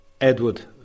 Edward